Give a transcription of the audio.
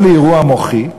או לאירוע מוחי,